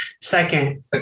Second